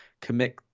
commit